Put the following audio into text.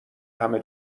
همه